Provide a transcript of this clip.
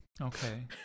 okay